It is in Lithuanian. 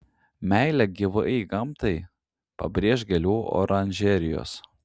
meilę gyvai gamtai pabrėš gėlių oranžerijos